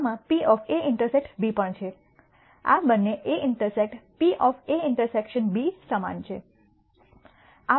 આમાં PA∩B પણ છે આ બંને A intersect P intersection B સમાન છે